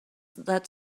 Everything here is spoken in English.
that